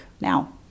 now